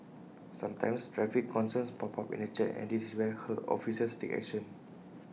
sometimes traffic concerns pop up in the chat and this is where her officers take action